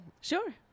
Sure